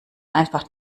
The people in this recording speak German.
einfach